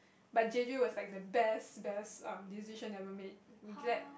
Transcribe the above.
but Jeju was like the best best um decision ever made we glad